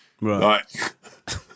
right